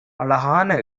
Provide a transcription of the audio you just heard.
அழகான